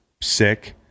sick